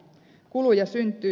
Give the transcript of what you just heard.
kuluja syntyy